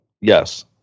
Yes